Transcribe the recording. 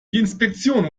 inspektion